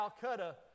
Calcutta